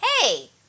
hey